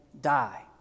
die